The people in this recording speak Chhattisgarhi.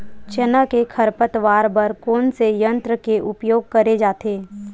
चना के खरपतवार बर कोन से यंत्र के उपयोग करे जाथे?